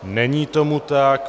Není tomu tak.